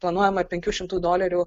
planuojama penkių šimtų dolerių